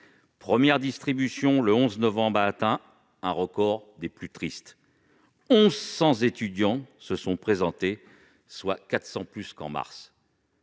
première distribution, le 11 novembre, a atteint un record des plus tristes : 1 100 étudiants se sont présentés, soit 400 de plus qu'en mars.